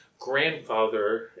grandfather